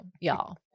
y'all